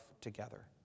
together